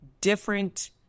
different